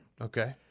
Okay